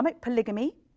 polygamy